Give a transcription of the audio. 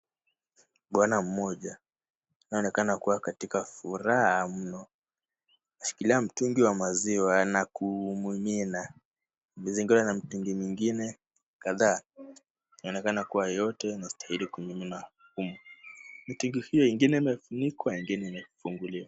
Bwana mmoja anayeonekana kuwa katika furaha mno ashikilia mtungi wa maziwa na kuumimina. Amezingirwa na mtungi mingine kadhaa yanaonekana kuwa yote yanastahili kumiminwa humu. Mtungi hiyo ingine imefunikwa ingine imefunguliwa.